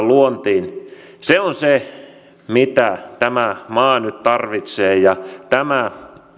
luontiin se on se mitä tämä maa nyt tarvitsee ja tämä